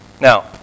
Now